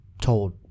told